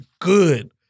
good